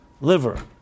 liver